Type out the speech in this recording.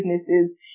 businesses